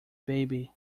baby